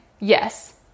yes